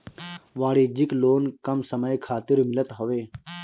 वाणिज्यिक लोन कम समय खातिर मिलत हवे